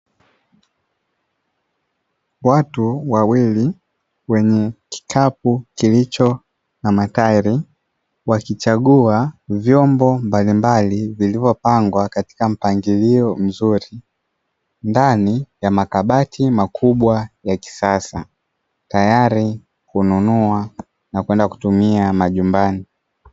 Watu wawili wenye kikapu kilicho na matairi wakichagua vyombo mbalimbali vilivyopangwa katika mpangilio mzuri ndani ya makabati makubwa ya kisasa, tayari kununua na kwenda kutumia majumbani.